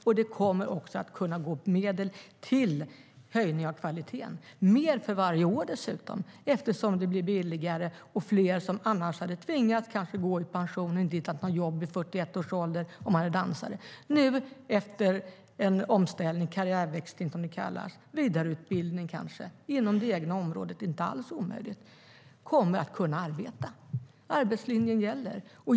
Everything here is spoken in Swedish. Medel kommer också att kunna gå till höjning av kvaliteten - mer för varje år, dessutom, eftersom det blir billigare och eftersom fler kommer att kunna arbeta. Dansare som inte hade hittat något jobb vid 41 års ålder hade kanske tvingats gå i pension. De kommer nu efter en omställning eller en karriärväxling, som det kallas - kanske vidareutbildning inom det egna området; det är inte alls omöjligt - att kunna arbeta. Arbetslinjen gäller.